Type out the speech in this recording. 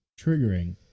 triggering